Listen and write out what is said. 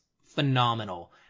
phenomenal